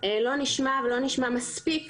לא נשמע ולא נשמע מספיק